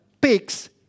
pigs